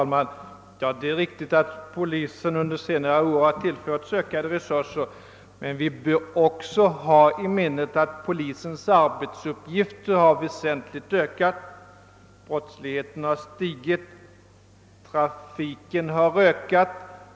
Herr talman! Det är riktigt att polisen under senare år har tillförts ökade resurser, men vi bör också ha i minnet att dess arbetsuppgifter har ökat väsentligt. Brottsligheten har stigit och trafiken har vuxit.